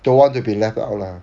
don't want to be left out lah